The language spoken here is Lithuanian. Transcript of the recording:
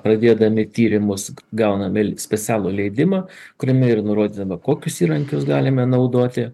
pradėdami tyrimus gauname specialų leidimą kuriame nurodyta kokius įrankius galime naudoti